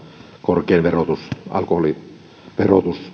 korkea alkoholiverotus